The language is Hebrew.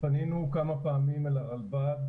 פנינו כמה פעמים אל הרלב"ד